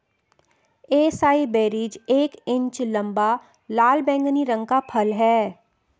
acai berries एक inch लंबा, लाल बैंगनी रंग का फल है